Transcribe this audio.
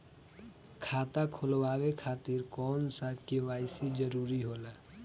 खाता खोलवाये खातिर कौन सा के.वाइ.सी जरूरी होला?